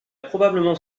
probablement